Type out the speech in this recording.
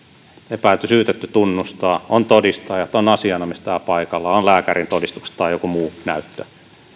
epäilty syytetty tunnustaa on todistajat on asianomistaja paikalla on lääkärintodistukset tai joku muu näyttö